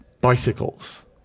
bicycles